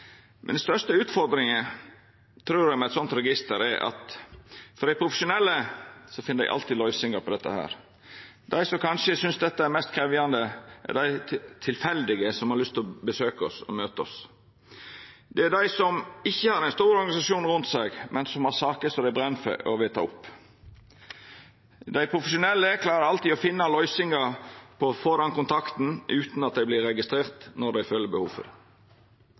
men den største utfordringa med eit slikt register trur eg er at profesjonelle alltid finn løysingar på dette. Dei som kanskje synest dette er mest krevjande, er dei tilfeldige som har lyst til å besøkja oss og møta oss. Det er dei som ikkje har ein stor organisasjon rundt seg, men som har saker som dei brenn for, og vil ta opp. Dei profesjonelle klarer alltid å finna løysingar på å få den kontakten utan at det vert registrert, når dei